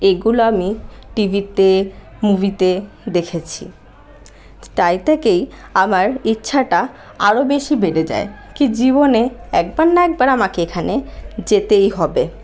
এইগুলো আমি টি ভিতে মুভিতে দেখেছি তাই থেকেই আমার ইচ্ছাটা আরও বেশি বেড়ে যায় কি জীবনে একবার না একবার আমাকে এখানে যেতেই হবে